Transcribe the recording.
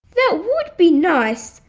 that would be nice,